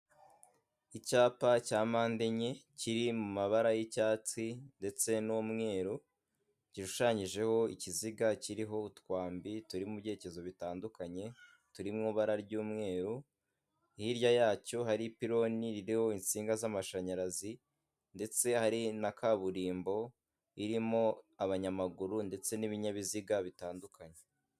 Icyapa cya mpande enye kiri mu mabara y'icyatsi ndetse n'umweru, gishushanyijeho ikiziga kiriho utwambi turi mu byerekezo bitandukanye, turi mu ibara ry'umweru hirya yacyo hari ipiloni ririho insinga z'amashanyarazi ndetse hari na kaburimbo irimo abanyamaguru ndetse n'ibinyabiziga bitandukanye.